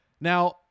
Now